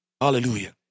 Hallelujah